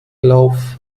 lauf